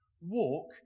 walk